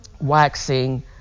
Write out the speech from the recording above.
waxing